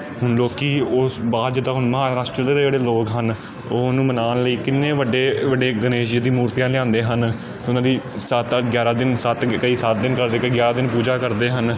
ਹੁਣ ਲੋਕ ਉਸ ਬਾਹਰ ਜਿੱਦਾਂ ਹੁਣ ਮਹਾਰਾਸ਼ਟਰ ਦੇ ਜਿਹੜੇ ਲੋਕ ਹਨ ਉਹ ਉਹਨੂੰ ਮਨਾਉਣ ਲਈ ਕਿੰਨੇ ਵੱਡੇ ਵੱਡੇ ਗਣੇਸ਼ ਜੀ ਦੀ ਮੂਰਤੀਆਂ ਲਿਆਉਂਦੇ ਹਨ ਉਹਨਾਂ ਦੀ ਜ਼ਿਆਦਾਤਰ ਗਿਆਰਾਂ ਦਿਨ ਸੱਤ ਕਈ ਸੱਤ ਦਿਨ ਕਰਦੇ ਕਈ ਗਿਆਰਾਂ ਦਿਨ ਪੂਜਾ ਕਰਦੇ ਹਨ